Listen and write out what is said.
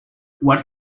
what